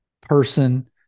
person